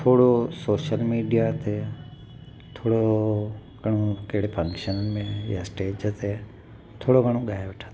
थोरो social media ते थोरो घणो कहिड़े फंक्शन में या स्टेज ते थोरो घणो ॻाए वठंदो आहियां